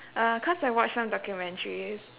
uh cause I watch some documentaries